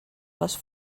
les